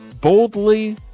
boldly